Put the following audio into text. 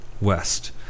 West